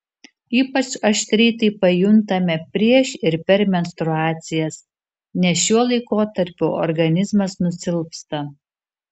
ypač aštriai tai pajuntame prieš ir per menstruacijas nes šiuo laikotarpiu organizmas nusilpsta